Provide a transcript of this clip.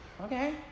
okay